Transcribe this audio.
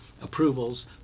approvals